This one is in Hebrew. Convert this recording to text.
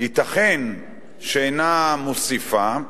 ייתכן שאינה מוסיפה,